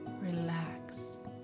relax